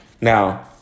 Now